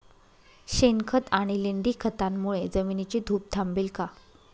शेणखत आणि लेंडी खतांमुळे जमिनीची धूप थांबेल का?